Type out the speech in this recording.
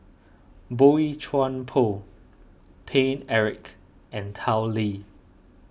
Boey Chuan Poh Paine Eric and Tao Li